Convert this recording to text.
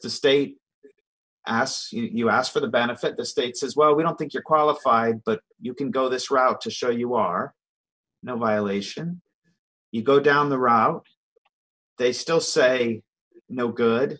the state asks you ask for the benefit the state says well we don't think you're qualified but you can go this route to show you are no violation you go down the route they still say no good